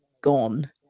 gone